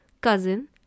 cousin